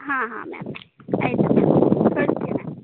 ಹಾಂ ಹಾಂ ಮ್ಯಾಮ್ ಆಯಿತು ಮ್ಯಾಮ್ ಕಳ್ಸ್ತೀವಿ ಮ್ಯಾಮ್